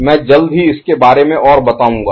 मैं जल्द ही इसके बारे में और बताऊंगा